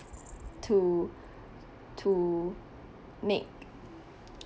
to to make